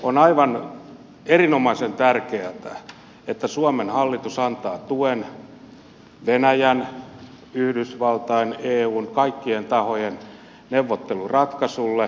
on aivan erinomaisen tärkeätä että suomen hallitus antaa tuen venäjän yhdysvaltain eun kaikkien tahojen neuvotteluratkaisulle